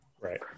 Right